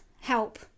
help